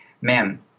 ma'am